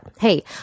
Hey